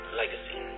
legacy